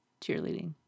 cheerleading